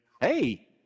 Hey